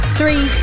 three